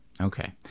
Okay